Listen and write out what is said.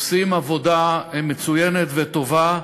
עושים עבודה מצוינת וטובה,